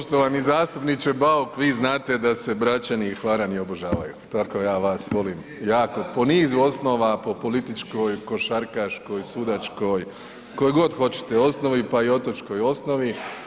Poštovani zastupniče Bauk vi znate da se Bračani i Hvarani obožavaju, tako ja vas volim jako, po nizu osnova, po političkoj, košarkaškoj, sudačkoj, kojoj god hoćete osnovi pa i otočkoj osnovi.